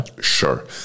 Sure